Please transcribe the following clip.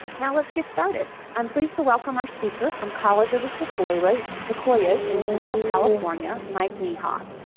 now, let's get started. i'm pleased to welcome our speaker from college of the sequoias sequoias in central california, mike niehoff.